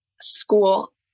school